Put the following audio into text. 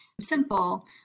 simple